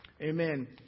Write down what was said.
Amen